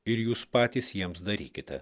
ir jūs patys jiems darykite